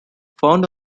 found